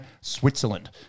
Switzerland